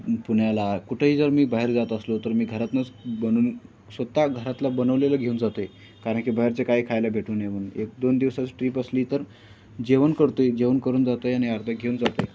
पुण्याला कुठेही जर मी बाहेर जात असलो तर मी घरातूनच बनवून स्वतः घरातलं बनवलेलं घेऊन जातो आहे कारण की बाहेरचे काय खायला भेटून येऊन एक दोन दिवसाची ट्रीप असली तर जेवण करतोय जेवण करून जातोय आणि अर्ध्या घेऊन जातोय